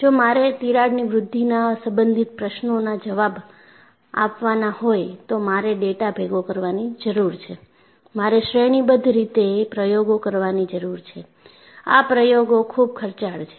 જો મારે તિરાડની વૃદ્ધિના સંબંધિત પ્રશ્નોના જવાબ આપવાના હોય તો મારે ડેટા ભેગો કરવાની જરૂર છે મારે શ્રેણીબદ્ધ રીતે પ્રયોગો કરવાની જરૂર છે આ પ્રયોગો ખુબ ખર્ચાળ છે